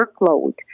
workload